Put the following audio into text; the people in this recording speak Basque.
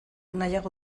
nahiago